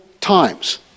times